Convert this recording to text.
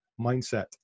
mindset